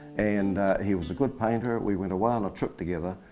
and he was a good painter, we went away on a trip together.